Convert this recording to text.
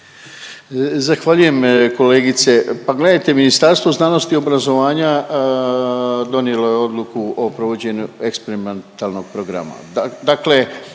Zahvaljujem kolegice, pa gledajte Ministarstvo znanosti i obrazovanja donijelo je odluku o provođenju eksperimentalnog programa, dakle